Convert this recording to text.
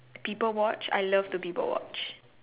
people watch I love to people watch